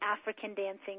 African-dancing